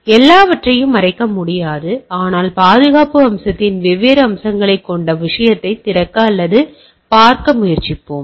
எனவே எல்லாவற்றையும் மறைக்க முடியாது ஆனால் பாதுகாப்பு அம்சத்தின் வெவ்வேறு அம்சங்களைக் கொண்ட விஷயத்தைத் திறக்க அல்லது பார்க்க முயற்சிப்போம்